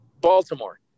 Baltimore